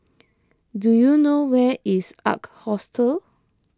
do you know where is Ark Hostel